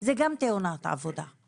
זה גם תאונת עבודה,